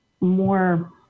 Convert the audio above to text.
more